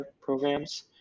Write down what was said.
programs